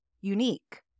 unique